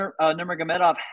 Nurmagomedov